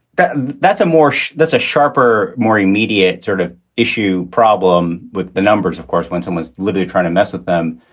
that's that's a more that's a sharper, more immediate sort of issue problem with the numbers, of course, when someone's liberty trying to mess with them.